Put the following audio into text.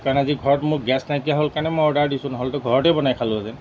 কাৰণ আজি ঘৰত মোৰ গেছ নাইকিয়া হ'ল কাৰণে মই অৰ্ডাৰ দিছোঁ নহ'লতে ঘৰতে বনাই খালোঁ হেতেন